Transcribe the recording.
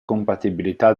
compatibilità